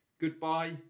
goodbye